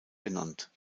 genannt